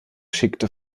schickte